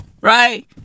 Right